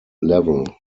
level